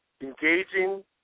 engaging –